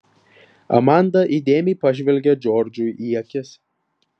amanda įdėmiai pažvelgė džordžui į akis